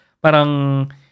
Parang